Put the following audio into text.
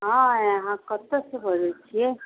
हँ हँ अहाँ कतयसँ बजैत छियै